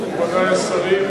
מכובדי השרים,